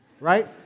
right